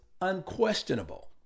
unquestionable